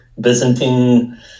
Byzantine